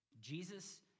Jesus